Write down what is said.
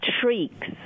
shrieks